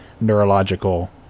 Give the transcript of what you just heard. neurological